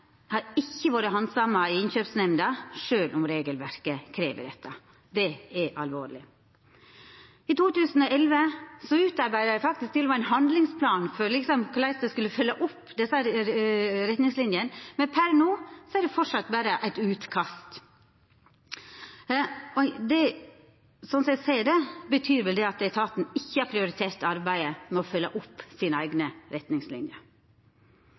har 12 av 40 utvalde innkjøp over 500 000 kr ikkje vore handsama av innkjøpsnemnda, sjølv om regelverket krev dette. Det er alvorleg. I 2011 vart det til og med utarbeidd ein handlingsplan for korleis ein skulle følgja opp retningslinjene, men per no er det framleis berre eit utkast. Slik eg ser det, betyr det at etaten ikkje har prioritert arbeidet med å følgja opp sine eigne retningslinjer.